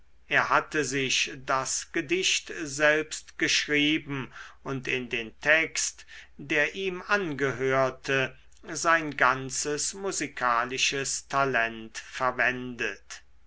er hatte sich das gedicht selbst geschrieben und in den text der ihm angehörte sein ganzes musikalisches talent verwendet